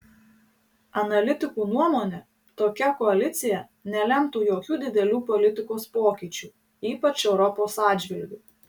analitikų nuomone tokia koalicija nelemtų jokių didelių politikos pokyčių ypač europos atžvilgiu